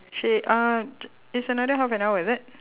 she uh it's another half an hour is it